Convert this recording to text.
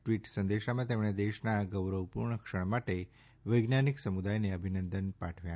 tweet સંદેશામાં તેમણે દેશના આ ગૌરવપુર્ણ ક્ષણ માટે વૈજ્ઞાનીક સમુદાયને અભિનંદન આપ્યા